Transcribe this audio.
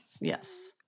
Yes